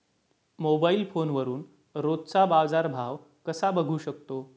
Mobile फोनवरून रोजचा बाजारभाव कसा बघू शकतो?